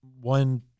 one